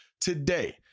today